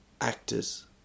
actors